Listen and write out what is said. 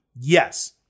Yes